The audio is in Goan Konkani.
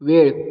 वेळ